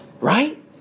right